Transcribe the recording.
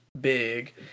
big